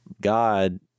God